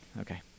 Okay